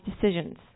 decisions